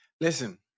Listen